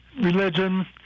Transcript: religion